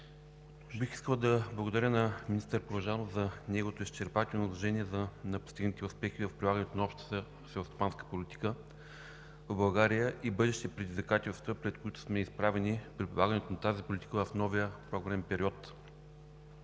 Бих искал да благодаря на министър Порожанов за неговото изчерпателно изложение за постигнатите успехи в прилагането на Общата селскостопанска политика в България и бъдещите предизвикателства, пред които сме изправени при прилагането на тази политика в новия програмен период.